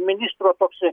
ministro toks